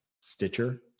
Stitcher